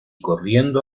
corriendo